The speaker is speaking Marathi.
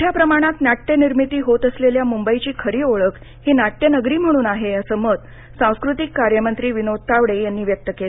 मोठ्या प्रमाणात नाट्यनिर्मिती होत असलेल्या म्ंबईची खरी ओळख ही नाट्यनगरी म्हणून आहे असं मत सांस्कृतिक कार्यमंत्री विनोद तावडे यांनी व्यक्त केलं